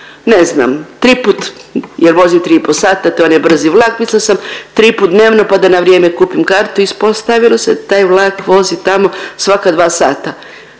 ne znam triput, je vozio 3 i po sata, to je onaj brzi vlak, mislila sam triput dnevno, pa da na vrijeme kupim kartu, ispostavilo se taj vlak vozi tamo svaka dva sata,